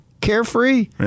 Carefree